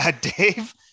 Dave